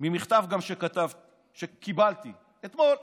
ממכתב שקיבלתי אתמול.